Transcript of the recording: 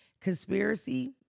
conspiracy